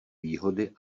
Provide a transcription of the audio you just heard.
výhody